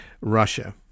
Russia